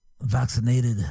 vaccinated